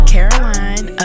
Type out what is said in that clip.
Caroline